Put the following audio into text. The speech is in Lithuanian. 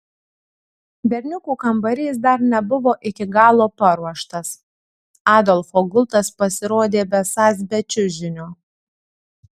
berniukų kambarys dar nebuvo iki galo paruoštas adolfo gultas pasirodė besąs be čiužinio